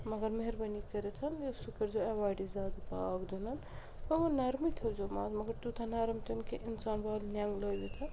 مگر مہربٲنی کٔرِتھ یہِ سُہ کٔرۍ زیٛو ایٚوایڈٕے زیادٕ پاکھ دِیٛن آ نَرمٕے تھٲیزیٛو ماز مگر تیٛوتاہ نَرٕم تہِ نہٕ کہِ اِنسان والہٕ نیٚنٛگہٕ لٲیِتھن